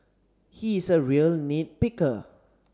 he is a real nit picker